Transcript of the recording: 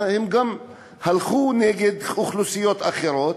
הם גם הלכו נגד אוכלוסיות אחרות,